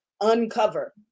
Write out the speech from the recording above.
uncover